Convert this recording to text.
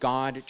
God